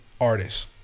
artists